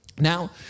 Now